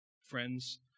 Friends